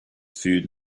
food